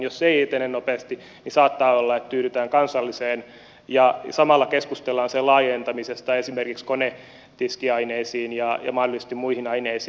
jos se ei etene nopeasti niin saattaa olla että tyydytään kansalliseen ja samalla keskustellaan sen laajentamisesta esimerkiksi konetiskiaineisiin ja mahdollisesti muihin aineisiin